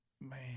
Man